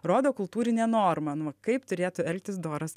rodo kultūrinę normą nu va kaip turėtų elgtis doras